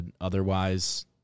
otherwise